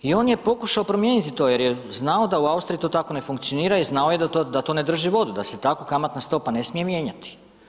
I on je pokušao promijeniti to, jer je znao da u Austriji to tako ne funkcionira, i znao je da to, da to ne drži vodu, da se tako kamatna stopa ne smije mijenjati.